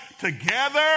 Together